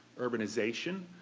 urbanization,